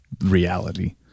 reality